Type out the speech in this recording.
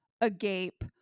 agape